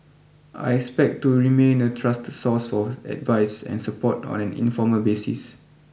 I expect to remain a trusted source for advice and support on an informal basis